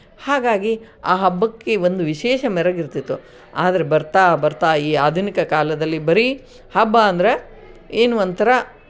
ಹಾಗಾಗಿ ಆ ಹಬ್ಬಕ್ಕೆ ಒಂದು ವಿಶೇಷ ಮೆರಗಿರುತಿತ್ತು ಆದ್ರೆ ಬರ್ತಾ ಬರ್ತಾ ಈ ಆಧುನಿಕ ಕಾಲದಲ್ಲಿ ಬರೀ ಹಬ್ಬ ಅಂದರೆ ಏನು ಒಂಥರಾ